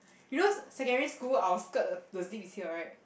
you know s~ secondary school our skirt th~ the zip is here right